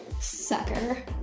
Sucker